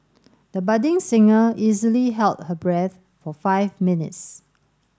the budding singer easily held her breath for five minutes